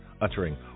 uttering